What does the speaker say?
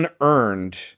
unearned